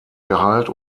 gehalt